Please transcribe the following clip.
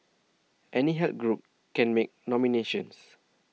any health group can make nominations